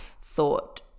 thought